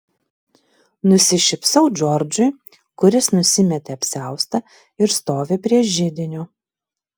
nusišypsau džordžui kuris nusimetė apsiaustą ir stovi prie židinio